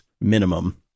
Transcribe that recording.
minimum